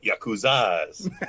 yakuza's